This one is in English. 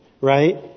right